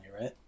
right